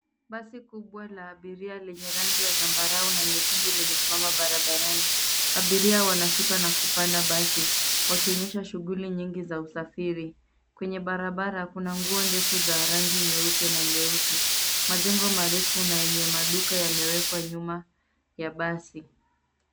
Basi kubwa la abiria lenye rangi ya zambarau na nyekundu limesimama barabarani. Abiria wanashuka na kupanda basi wakionyesha shughuli nyingi za usafiri. Kwenye barabara kuna nguo ndefu za rangi nyeupe na nyeusi. Majengo marefu na yenye maduka yamewekwa nyuma ya basi.